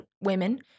women